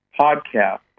podcast